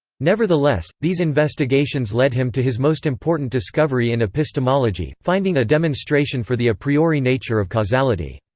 nevertheless, these investigations led him to his most important discovery in epistemology finding a demonstration for the a priori nature of causality.